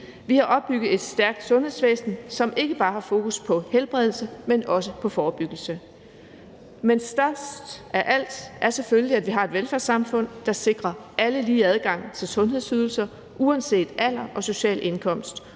Vi har opbygget et stærkt sundhedsvæsen, som ikke bare har fokus på helbredelse, men også på forebyggelse. Men størst af alt er selvfølgelig, at vi har et velfærdssamfund, der sikrer alle lige adgang til sundhedsydelser uanset alder og social indkomst,